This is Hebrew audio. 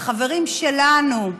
לחברים שלנו.